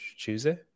Tuesday